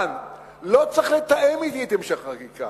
לא צריך לתאם אתי את המשך החקיקה.